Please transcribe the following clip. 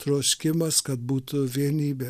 troškimas kad būtų vienybė